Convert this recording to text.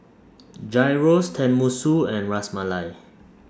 Gyros Tenmusu and Ras Malai